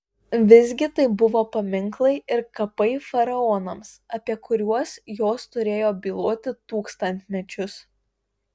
visgi tai buvo paminklai ir kapai faraonams apie kuriuos jos turėjo byloti tūkstantmečius